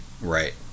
right